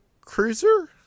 Cruiser